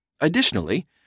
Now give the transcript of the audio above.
Additionally